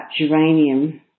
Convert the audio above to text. geranium